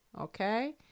okay